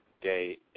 day